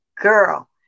girl